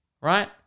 right